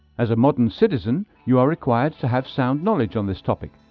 as a modern citizen, you are required to have sound knowledge on this topic.